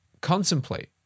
contemplate